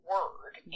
word